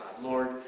Lord